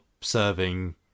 serving